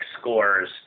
scores